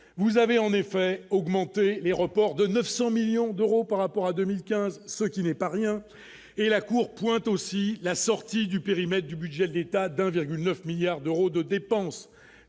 vous avez en effet augmenter l'aéroport de 900 millions d'euros par rapport à 2015, ce qui n'est pas rien et la Cour pointe aussi la sortie du périmètre du budget de l'État d'1,9 milliards d'euros de dépenses,